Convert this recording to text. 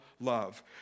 love